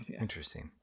Interesting